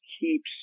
keeps